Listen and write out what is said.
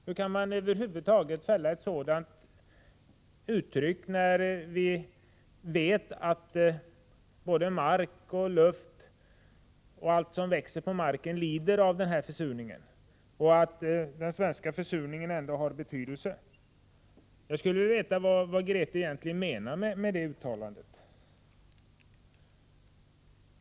Hur kan man över huvud taget fälla ett sådant yttrande när vi vet att både mark och luft och allt som växer på marken lider av försurningen och att den svenska försurningen är betydande? Jag skulle vilja veta vad Grethe Lundblad egentligen menar med det uttalandet.